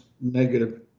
negative